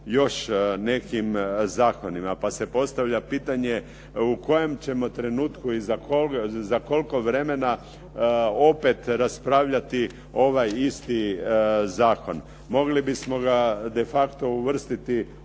nekim zakonima, pa se postavlja pitanje u kojem ćemo trenutku i za koliko vremena opet raspravljati ovaj isti zakon. Mogli bismo ga de facto uvrstiti u stalnu